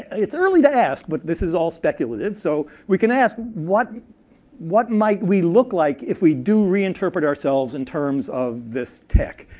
it's early to ask, but this is all speculative, so we can ask, what what might we look like if we do reinterpret ourselves in terms of this tech?